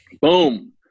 Boom